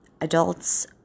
adults